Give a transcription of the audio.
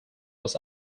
was